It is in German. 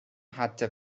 hatte